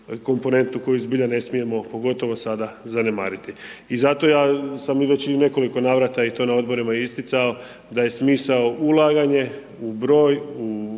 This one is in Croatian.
komponentu koju zbilja ne smijemo, pogotovo sada, zanemariti. I zato ja sam već i u nekoliko navrata i to na odborima isticao, da je smisao ulaganje u broj,